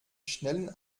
schnellen